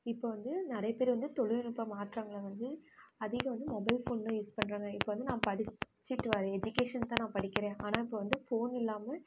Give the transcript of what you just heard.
இப்போ வந்து நிறைய பேர் வந்து தொழில் நுட்ப மாற்றங்களில் வந்து அதிகம் வந்து மொபைல் ஃபோன் தான் யூஸ் பண்ணுறாங்க இப்போ வந்து நான் படிச்சிட்டு வரன் எஜிகேஷன் தான் நான் படிக்கிறேன் ஆனால் இப்போ வந்து ஃபோன் இல்லாமல்